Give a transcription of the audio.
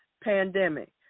pandemic